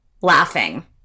laughing